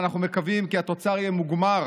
ואנחנו מקווים כי התוצר יהיה מוגמר